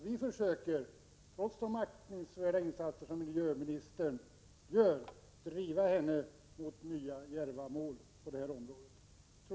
Vi försöker driva miljöministern mot nya djärva mål, trots de aktningsvärda insatser hon redan gör.